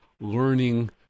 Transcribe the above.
learning